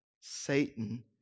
Satan